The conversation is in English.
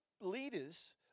leaders